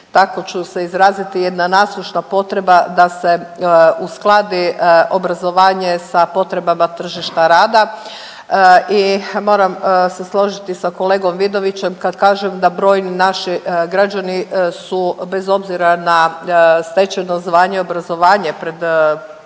tako ću se izraziti jedna nasušna potreba da se uskladi obrazovanje sa potrebama tržišta rada. I moram se složiti sa kolegom Vidovićem kad kažem da brojni naši građani su bez obzira na stečeno zvanje i obrazovanje pred puno